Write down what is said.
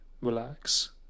relax